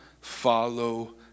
follow